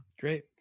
Great